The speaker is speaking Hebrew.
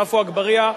אין נמנעים.